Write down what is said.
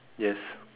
yes